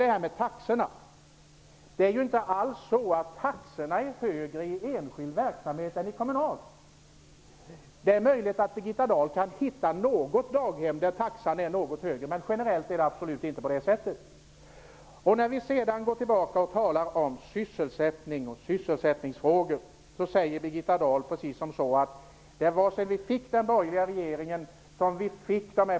Detta är vad Birgitta Dahl säger. Taxorna är inte högre i enskild verksamhet än i kommunal. Det är möjligt att Birgitta Dahl kan hitta något daghem där taxan är något högre, men generellt är det absolut inte på det sättet. När det gäller sysselsättningsfrågor säger Birgitta Dahl att sysselsättningsproblemen uppstått sedan den borgerliga regeringen tillträdde.